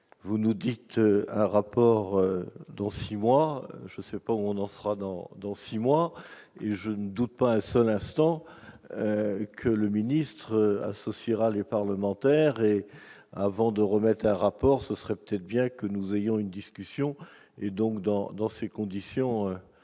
vous nous dites un rapport dont 6 mois je sais pas où on en sera dans dans 6 mois et je ne doute pas un seul instant que le ministre associera les parlementaires et avant de remettre un rapport, ce serait peut-être bien que nous ayons une discussion et, donc, dans, dans ces conditions,